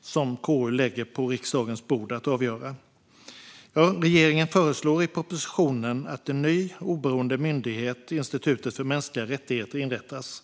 som KU lägger på riksdagens bord att avgöra? Regeringen förslår i propositionen att en ny oberoende myndighet, Institutet för mänskliga rättigheter, inrättas.